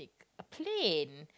a plane